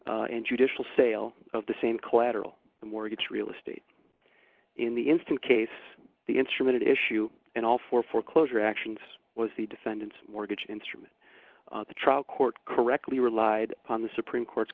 and judicial sale of the same collateral the mortgage real estate in the instant case the instrument issue and all four foreclosure actions was the defendant's mortgage instrument the trial court correctly relied on the supreme court's